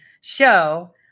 show